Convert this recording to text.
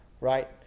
right